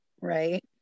right